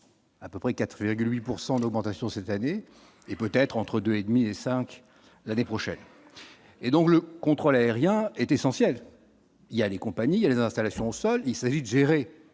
à peu près 4,8 pourcent d'augmentation cette année et peut-être entre 2 et demi et 5 l'année prochaine et donc le contrôle aérien est essentielle : il y a les compagnies et les installations au sol, il s'agit de gérer